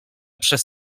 przez